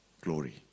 glory